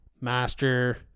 Master